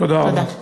תודה.